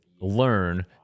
learn